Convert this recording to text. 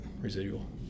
residual